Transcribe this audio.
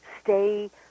stay